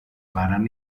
varen